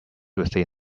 within